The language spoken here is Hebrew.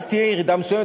אז תהיה ירידה מסוימת,